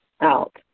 Out